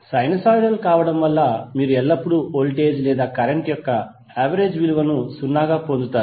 sinusoidal కావడం వల్ల మీరు ఎల్లప్పుడూ వోల్టేజ్ లేదా కరెంట్ యొక్క యావరేజ్ విలువను 0 గా పొందుతారు